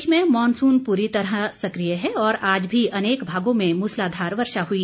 प्रदेश में मॉनसून पूरी तरह सक्रिय है और आज भी अनेक भागों में मूसलाधार वर्षा हुई